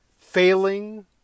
failing